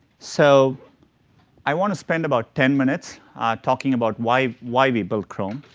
so i want to spend about ten minutes talking about why why we built chrome,